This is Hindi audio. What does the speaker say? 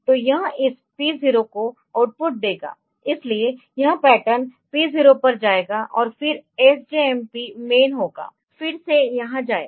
तो यह इस P 0 को आउटपुट देगा इसलिए यह पैटर्न P 0 पर जाएगा और फिर SJMP मेन होगा फिर से यहां जाएं